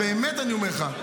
באמת אני אומר לך.